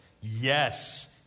Yes